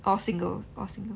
or single or single